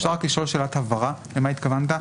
אפשר לשאול שאלת הבהרה למה התכוונת?